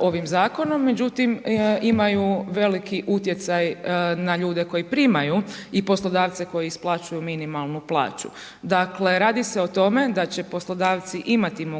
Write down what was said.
ovim Zakonom, međutim imaju veliki utjecaj na ljude koji primaju i poslodavce koji isplaćuju minimalnu plaću. Dakle, radi se o tome da će poslodavci imati mogućnost